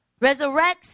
resurrects